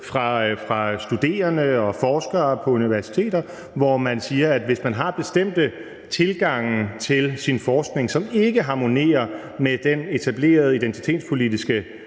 fra studerende og forskere på universiteter, hvor man siger, at hvis man har bestemte tilgange til sin forskning, som ikke harmonerer med den etablerede identitetspolitiske,